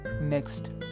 next